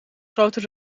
groter